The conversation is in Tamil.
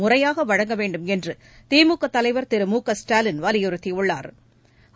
முறையாக வழங்க வேண்டும் என்று திமுக தலைவா் திரு மு க ஸ்டாலின் வலியுறுத்தியுள்ளாா்